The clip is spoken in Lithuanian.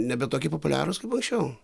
nebe tokie populiarūs kaip anksčiau